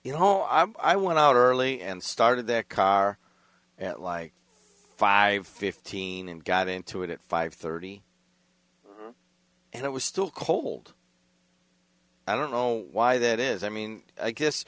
you know i went out early and started their car at like five fifteen and got into it at five thirty and it was still cold i don't know why that is i mean i guess